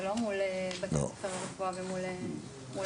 זה לא מול בתי הספר לרפואה ומול המל"ג.